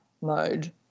mode